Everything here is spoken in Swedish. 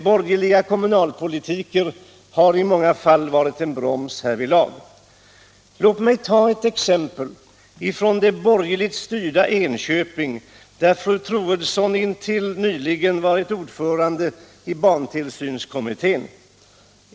Borgerliga kommunalpolitiker har i de flesta fall varit en broms härvidlag. Låt mig ta ett exempel från det borgerligt styrda Enköping, där fru Troedsson till helt nyligen varit ordförande i barntillsynskommittén.